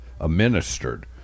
administered